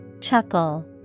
Chuckle